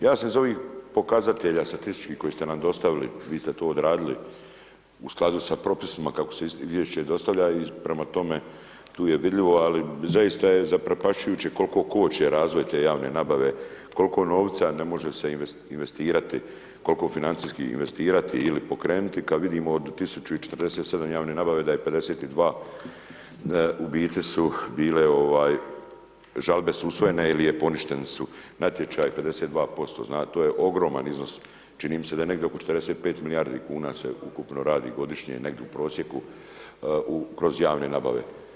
Ja sam iz ovih pokazatelja statističkih koje ste nam dostavili, vi ste to odradili u skladu sa propisima kako se izvješće dostavlja i prema tome, tu je vidljivo ali zaista je zaprepašćujuće koliko koče razvoj te javne nabave, koliko novca ne može se investirati, koliko financijski investirati ili pokrenuti kad vidimo od 1047 javne nabave da je 52 u biti su bile žalbe su usvojene ili poništeni su natječaji, 52%, to je ogroman iznos, čini mi se da je negdje oko 45 milijardi kuna se ukupno radi godišnje, negdje u prosjeku kroz javne nabave.